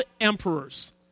emperors